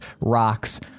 rocks